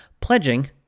pledging